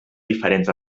diferents